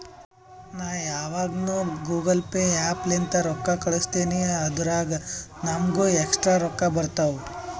ನಾ ಯಾವಗ್ನು Google Pay app ಲಿಂತೇ ರೊಕ್ಕಾ ಕಳುಸ್ತಿನಿ ಅದುರಾಗ್ ನಮ್ಮೂಗ ಎಕ್ಸ್ಟ್ರಾ ರೊಕ್ಕಾ ಬರ್ತಾವ್